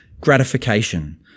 gratification